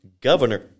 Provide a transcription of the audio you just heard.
Governor